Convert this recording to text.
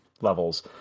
levels